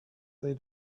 they